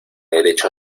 derecho